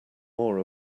more